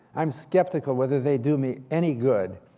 i'm skeptical whether they do me any good.